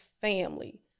family